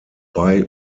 bei